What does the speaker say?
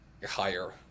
higher